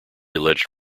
alleged